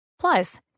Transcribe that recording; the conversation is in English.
Plus